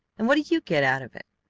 and what do you get out of it?